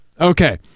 Okay